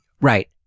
Right